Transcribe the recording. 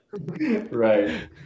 Right